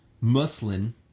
Muslin